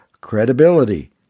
credibility